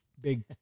big